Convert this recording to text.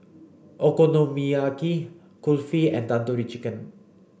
Okonomiyaki Kulfi and Tandoori Chicken